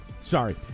sorry